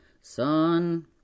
Son